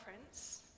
Prince